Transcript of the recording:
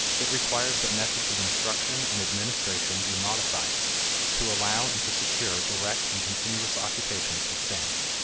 it requires that methods of instruction and administration be modified to allow and to secure direct and continuous occupations with things.